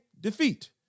defeat